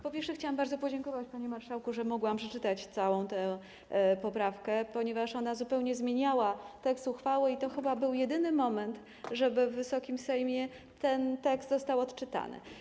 Po pierwsze, chciałam bardzo podziękować, panie marszałku, że mogłam przeczytać całą tę poprawkę, ponieważ ona zupełnie zmieniała tekst uchwały i to chyba był jedyny moment na to, żeby w Wysokim Sejmie ten tekst został odczytany.